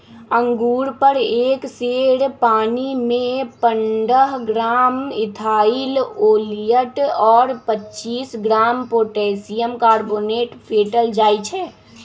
अंगुर पर एक सेर पानीमे पंडह ग्राम इथाइल ओलियट और पच्चीस ग्राम पोटेशियम कार्बोनेट फेटल जाई छै